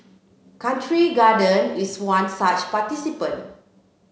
Country Garden is one such participant